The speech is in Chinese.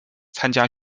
参加